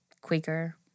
Quaker